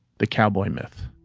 the cowboy myth